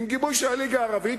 עם גיבוי של הליגה הערבית,